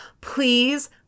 Please